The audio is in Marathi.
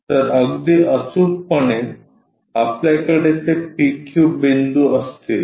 तर अगदी अचुकपणे आपल्याकडे ते PQ बिंदू असतील